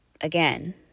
again